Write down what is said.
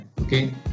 okay